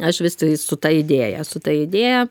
aš vis su ta idėja su ta idėja